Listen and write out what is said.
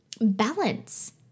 balance